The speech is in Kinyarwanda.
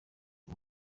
abo